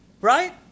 Right